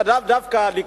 לאו דווקא,